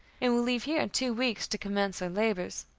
and will leave here in two weeks to commence her labors.